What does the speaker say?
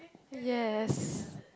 yes